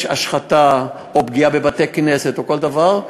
יש השחתה או פגיעה בבתי-כנסת או כל דבר,